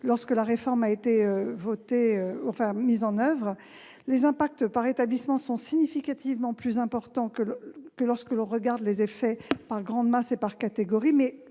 lorsque la réforme a été mise en oeuvre. Les impacts par établissement sont significativement plus importants que lorsque l'on regarde les effets par grandes masses et par catégories.